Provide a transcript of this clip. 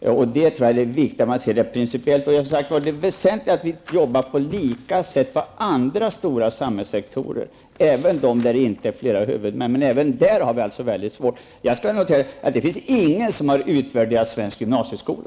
jag att det är viktigt att göra det principiellt. Det väsentliga är, som sagt, att vi jobbar på samma sätt på andra stora samhällssektorer, även på dem där det inte är flera huvudmän, men även där har vi alltså väldigt svårt. Det bör noteras att ingen har utvärderat svensk gymnasieskola.